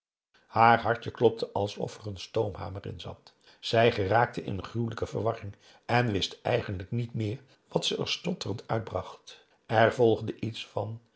haar hartje klopte alsof er een stoomhamer in zat zij geraakte in een gruwelijke verwarring en wist eigenlijk niet meer wat ze er stotterend uitbracht er volgde iets van